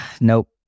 Nope